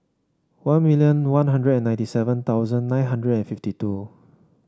one million One Hundred ninety seven thousand nine hundred and fifty two